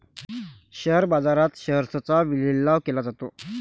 share बाजारात शेअर्सचा लिलाव केला जातो